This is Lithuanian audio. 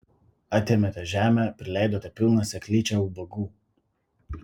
atėmėte žemę prileidote pilną seklyčią ubagų